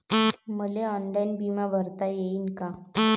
मले ऑनलाईन बिमा भरता येईन का?